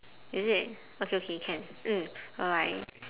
is it okay okay can mm bye bye